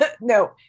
No